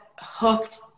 hooked